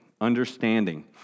understanding